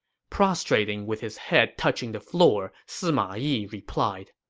prostrating with his head touching the floor, sima yi replied,